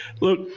Look